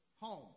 home